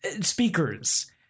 Speakers